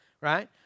right